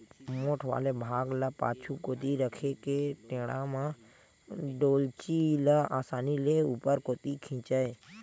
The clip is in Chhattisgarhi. मोठ वाले भाग ल पाछू कोती रखे के टेंड़ा म डोल्ची ल असानी ले ऊपर कोती खिंचय